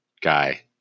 guy